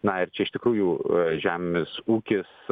na ir čia iš tikrųjų žemės ūkis